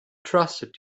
trusted